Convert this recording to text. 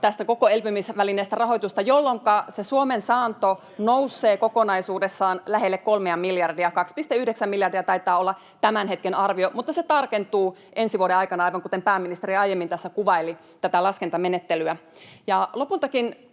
itse kysymykseen!] jolloinka se Suomen saanto nousee kokonaisuudessaan lähelle 3:a miljardia — 2,9 miljardia taitaa olla tämän hetken arvio, mutta se tarkentuu ensi vuoden aikana, aivan kuten pääministeri aiemmin tässä kuvaili tätä laskentamenettelyä. Lopultakin